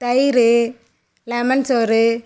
தயிர் லெமென் சோறு